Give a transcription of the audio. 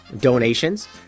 Donations